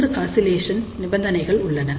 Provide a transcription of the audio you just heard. மூன்று ஆசிலேசன் நிபந்தனைகள் உள்ளன